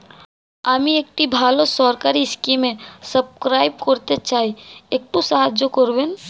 আমি একটি ভালো সরকারি স্কিমে সাব্সক্রাইব করতে চাই, একটু সাহায্য করবেন?